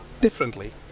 differently